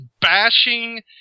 bashing